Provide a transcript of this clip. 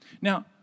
Now